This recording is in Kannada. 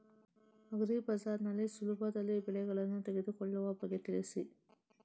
ಅಗ್ರಿ ಬಜಾರ್ ನಲ್ಲಿ ಸುಲಭದಲ್ಲಿ ಬೆಳೆಗಳನ್ನು ತೆಗೆದುಕೊಳ್ಳುವ ಬಗ್ಗೆ ತಿಳಿಸಿ